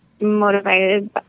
motivated